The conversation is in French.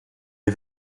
est